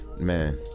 Man